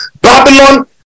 Babylon